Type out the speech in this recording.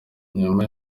nyuma